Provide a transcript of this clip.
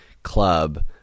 club